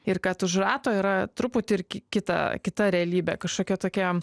ir kad už rato yra truputį ir kita kita realybė kažkokia tokia